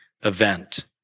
event